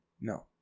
No